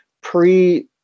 pre